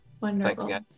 Wonderful